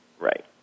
Right